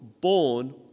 born